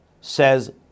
says